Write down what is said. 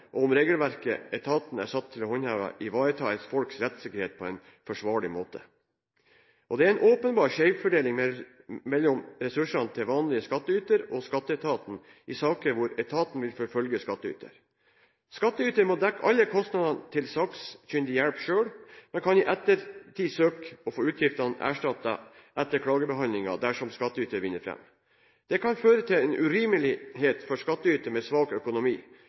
og om regelverket etatene er satt til å håndheve, ivaretar folks rettssikkerhet på en forsvarlig måte. Det er en åpenbar skjevfordeling mellom ressursene til en vanlig skattyter og skatteetaten i saker hvor etaten vil forfølge skattyter. Skattyter må dekke alle kostnadene til sakkyndig hjelp selv, men kan i ettertid søke om å få utgiftene dekket etter klagebehandlingen dersom skattyter vinner fram. Det kan føre til en urimelighet for skattytere med svak økonomi